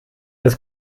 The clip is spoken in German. ist